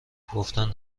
گفتند